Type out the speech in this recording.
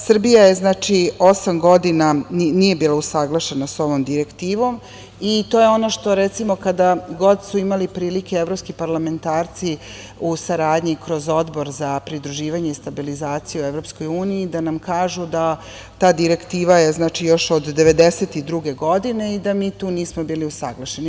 Srbija osam godina nije bila usaglašena sa ovom direktivom i to je ono što, recimo, kada god su imali prilike evropski parlamentarci u saradnji kroz Odbor za pridruživanje i stabilizaciju EU da nam kažu da je ta direktiva još od 1992. godine i da mi tu nismo bili usaglašeni.